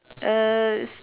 uh